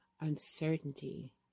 uncertainty